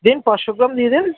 দিন পাঁচশো গ্রাম দিয়ে দিন